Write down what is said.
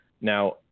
now